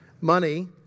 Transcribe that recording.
money